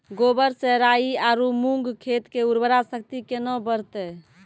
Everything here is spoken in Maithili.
गोबर से राई आरु मूंग खेत के उर्वरा शक्ति केना बढते?